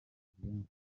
benshi